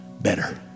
better